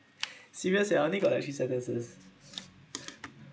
serious eh I only got uh three sentences